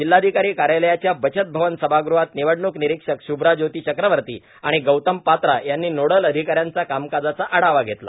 जिल्हाधिकारी कार्यालयाच्या बचत भवन सभागृहात निवडणूक निरीक्षक सुब्रा ज्योती चक्रवर्ती आणि गौतम पात्रा यांनी नोडल अधिकाऱ्यांचा कामकाजाचा आढावा घेतला